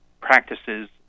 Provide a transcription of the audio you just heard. practices